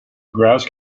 grass